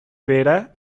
vera